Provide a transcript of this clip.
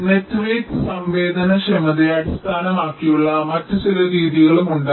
net weight സംവേദനക്ഷമതയെ അടിസ്ഥാനമാക്കിയുള്ള മറ്റ് ചില രീതികളും ഉണ്ടായിരുന്നു